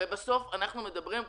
הרי כמו שאמרת,